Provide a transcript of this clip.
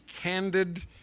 candid